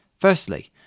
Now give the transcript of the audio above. Firstly